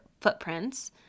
footprints